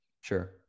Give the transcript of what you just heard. sure